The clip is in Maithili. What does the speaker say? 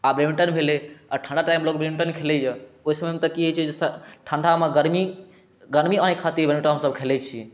आओर बैडमिन्टन भेलै ठण्डा टाइममे लोक बैडमिन्टन खेलैए ओहि समयमे तऽ कि होइ छै तऽ ठण्डामे गर्मी गर्मी आनैके खातिर हमसब खेलै छिए